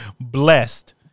blessed